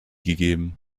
gegeben